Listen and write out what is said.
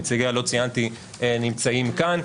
שנציגיה לא ציינתי נמצאים כאן,